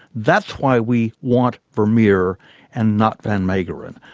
that's why we want vermeer and not van meegeren.